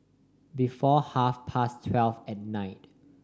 before half past twelve at night